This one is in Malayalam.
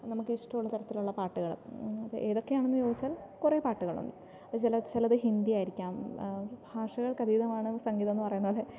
നമുക്ക് ഇഷ്ടമുള്ള തരത്തിലുള്ള പാട്ടുകൾ ഏതൊക്കെയാണെന്ന് ചോദിച്ചു കഴിഞ്ഞാൽ കുറേ പാട്ടുകളുണ്ട് ഇപ്പോൾ ചില ചിലത് ഹിന്ദി ആയിരിക്കാം ഭാഷകൾക്ക് അതീതമാണ് സംഗീതം എന്ന് പറയുന്നത് പോലെ